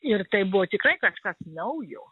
ir tai buvo tikrai kažkas naujo